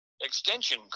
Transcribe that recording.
extension